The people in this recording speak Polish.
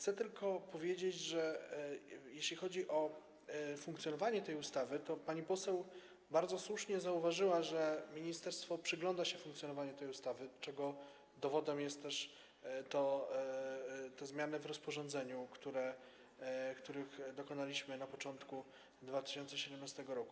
Chcę tylko powiedzieć, że jeśli chodzi o funkcjonowanie tej ustawy, to - pani poseł bardzo słusznie to zauważyła - ministerstwo przygląda się funkcjonowaniu tej ustawy, czego dowodem są też zmiany w rozporządzeniu, których dokonaliśmy na początku 2017 r.